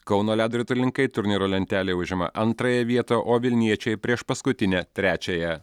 kauno ledo ritulininkai turnyro lentelėje užima antrąją vietą o vilniečiai priešpaskutinę trečiąją